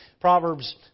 Proverbs